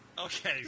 Okay